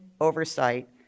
oversight